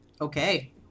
Okay